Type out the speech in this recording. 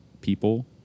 people